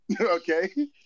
Okay